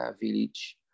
village